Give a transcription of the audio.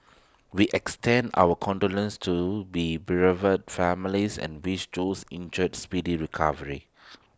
we extend our condolences to bereaved families and wish those injured A speedy recovery